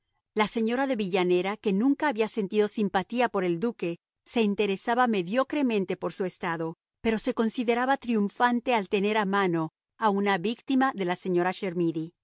la señora de villanera que nunca había sentido simpatía por el duque se interesaba mediocremente por su estado pero se consideraba triunfante al tener a mano a una víctima de la señora